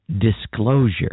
disclosure